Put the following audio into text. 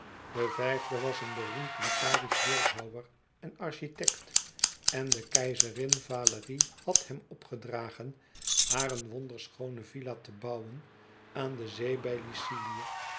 de vijfde was een beroemd liparisch beeldhouwer en architekt en de keizerin valérie had hem opgedragen haar een wonderschoone villa te bouwen aan de zee bij